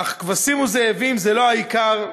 אך כבשים וזאבים זה לא העיקר,